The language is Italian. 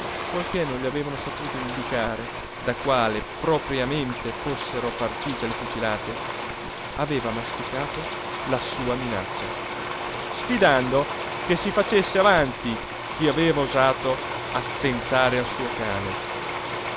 poiché non gli avevano saputo indicare da quale propriamente fossero partite le fucilate aveva masticato la sua minaccia sfidando che si facesse avanti chi aveva osato attentare al suo cane